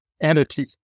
entity